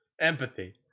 Empathy